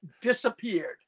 disappeared